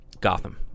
Gotham